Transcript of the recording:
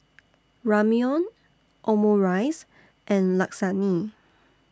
Ramyeon Omurice and Lasagne